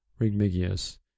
Rigmigius